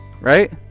right